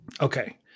Okay